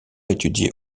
étudié